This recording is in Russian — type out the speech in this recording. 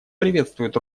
приветствует